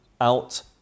out